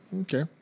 Okay